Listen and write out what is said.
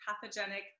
pathogenic